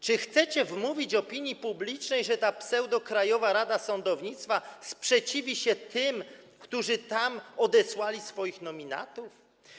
Czy chcecie wmówić opinii publicznej, że ta pseudo-Krajowa Rada Sądownictwa sprzeciwi się tym, którzy odesłali tam swoich nominatów?